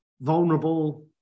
vulnerable